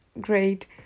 great